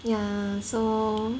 ya so